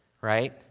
right